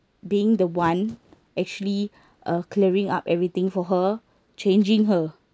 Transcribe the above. being the one actually uh clearing up everything for her changing her